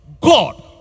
God